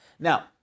Now